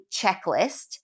checklist